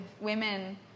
women